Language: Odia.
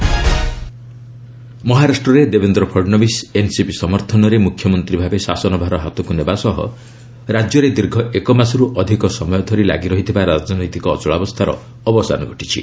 ମହା ସିଏମ୍ ଫଡନବିସ୍ ମହାରାଷ୍ଟ୍ରରେ ଦେବେନ୍ଦ୍ର ଫଡନବିସ୍ ଏନ୍ସିପି ସମର୍ଥନରେ ମୁଖ୍ୟମନ୍ତ୍ରୀ ଭାବେ ଶାସନ ଭାର ହାତକୁ ନେବା ସହ ରାଜ୍ୟରେ ଦୀର୍ଘ ଏକମାସରୁ ଅଧିକ ସମୟ ଧରି ଲାଗିରହିଥିବା ରାଜନୈତିକ ଅଚଳାବସ୍ଥାର ଅବସାନ ଘଟିଛି